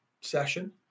session